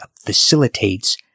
facilitates